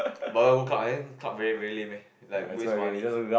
but I go club then club very very lame eh like waste money